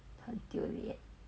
很丢脸